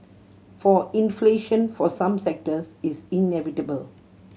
for inflation for some sectors is inevitable